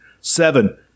seven